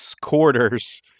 quarters